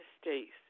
States